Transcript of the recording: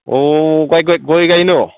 अ गय गायनो